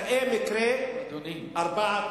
ראה מקרה ארבעת